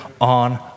on